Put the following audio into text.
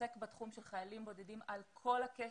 שמתעסק בתחום של חיילים בודדים על כל הקשת,